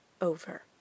over